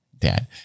Dad